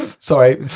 Sorry